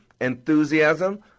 enthusiasm